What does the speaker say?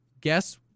Guess